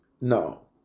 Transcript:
no